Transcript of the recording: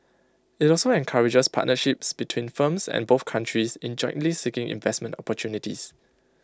IT also encourages partnerships between firms and both countries in jointly seeking investment opportunities